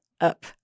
up